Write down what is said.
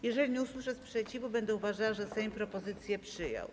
Jeżeli nie usłyszę sprzeciwu, będę uważała, że Sejm propozycje przyjął.